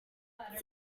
what